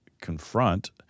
confront